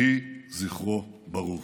יהי זכרו ברוך.